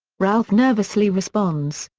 ralph nervously responds,